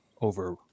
over